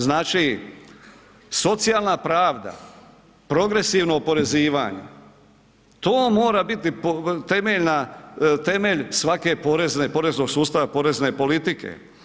Znači socijalna pravda, progresivno oporezivanje to mora biti temelj svakog poreznog sustava, porezne politike.